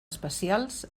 especials